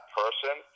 person